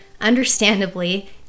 Understandably